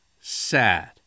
sad